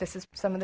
this is some of